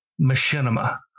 machinima